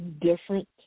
different